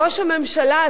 ראש הממשלה,